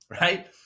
Right